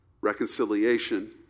reconciliation